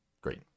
Great